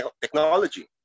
technology